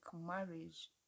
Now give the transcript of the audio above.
marriage